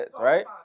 right